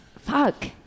Fuck